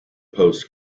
post